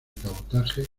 cabotaje